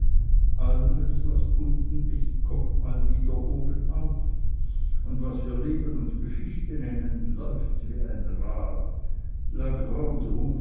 alles was unten ist kommt mal wieder obenauf und was wir leben und geschichte nennen läuft wie ein rad